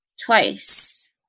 Twice